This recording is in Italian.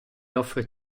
offre